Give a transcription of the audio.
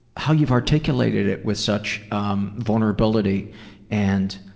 how you've articulated it with such um vulnerability and